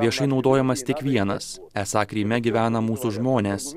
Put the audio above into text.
viešai naudojamas tik vienas esą kryme gyvena mūsų žmonės